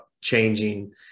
changing